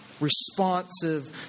responsive